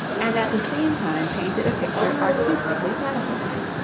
and at the same time painted a picture artistically satisfying.